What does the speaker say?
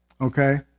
Okay